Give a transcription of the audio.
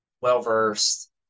well-versed